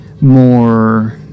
more